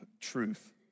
truth